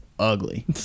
ugly